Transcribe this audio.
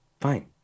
fine